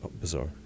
bizarre